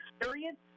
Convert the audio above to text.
experience